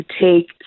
take